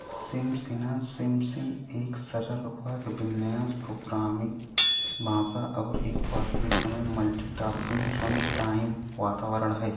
सिमसिना सिमसिन एक सरल वाक्य विन्यास प्रोग्रामिंग भाषा और एक वास्तविक समय मल्टीटास्किंग रनटाइम वातावरण है